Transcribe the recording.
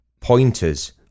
pointers